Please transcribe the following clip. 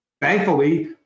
thankfully